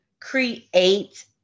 Create